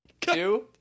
Two